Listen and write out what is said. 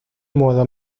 modo